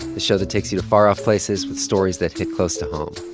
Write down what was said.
the show that takes you to far off places with stories that hit close to home.